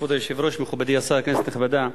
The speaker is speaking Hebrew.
כבוד היושב-ראש, מכובדי השר, כנסת נכבדה,